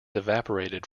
evaporated